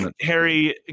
Harry